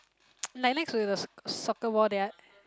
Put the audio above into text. like next to the s~ soccer ball they are